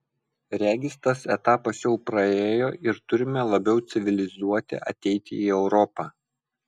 regis tas etapas jau praėjo ir turime labiau civilizuoti ateiti į europą